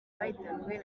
bahitanywe